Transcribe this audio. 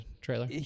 trailer